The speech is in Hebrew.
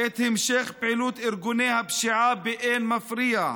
את המשך פעילות ארגוני הפשיעה באין מפריע?